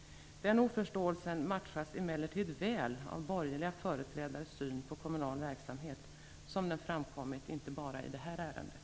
Den oförståelsen matchas emellertid väl av borgerliga företrädares syn på kommunal verksamhet som den framkommit inte bara i det här ärendet.